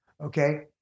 okay